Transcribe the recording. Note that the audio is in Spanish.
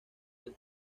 del